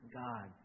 god